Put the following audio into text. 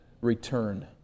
return